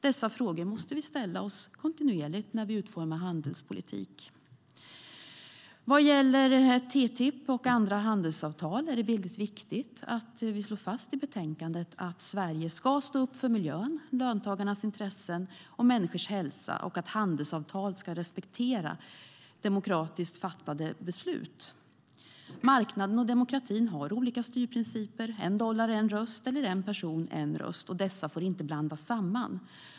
Dessa frågor måste vi ställa oss kontinuerligt när vi utformar handelspolitiken. Vad gäller TTIP och andra handelsavtal är det viktigt att vi slår fast i betänkandet att Sverige ska stå upp för miljön, löntagarnas intressen och människors hälsa och att handelsavtal ska respektera demokratiskt fattade beslut. Marknaden och demokratin har olika styrprinciper - en dollar, en röst eller en person, en röst. Dessa får inte blandas samman.